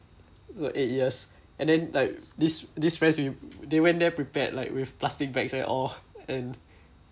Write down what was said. also eight years and then like these these friends with they went there prepared like with plastic bags and all and